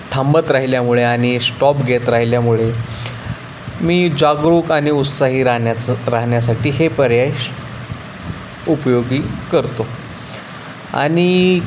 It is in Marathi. थांबत राहिल्यामुळे आणि स्टॉप घेत राहिल्यामुळे मी जागरूक आणि उत्साही राहण्यास राहण्यासाठी हे पर्याय उपयोगी करतो आणि